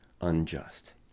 unjust